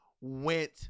went